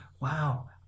wow